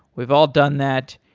we've all done that,